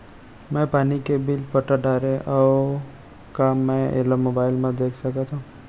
मैं पानी के बिल पटा डारे हव का मैं एला मोबाइल म देख सकथव?